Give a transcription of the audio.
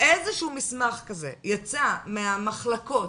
איזשהו מסמך כזה יצא מהמחלקות,